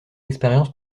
expérience